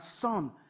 son